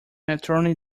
attorney